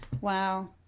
Wow